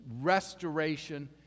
restoration